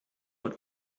und